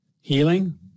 Healing